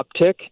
uptick